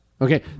okay